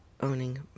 owning